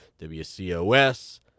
WCOS